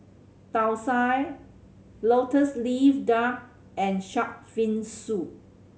Thosai Lotus Leaf Duck and shark fin soup